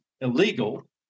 illegal